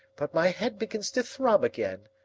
but my head begins to throb again.